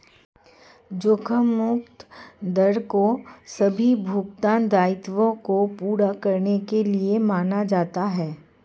जोखिम मुक्त दर को सभी भुगतान दायित्वों को पूरा करने के लिए माना जाता है